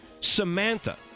Samantha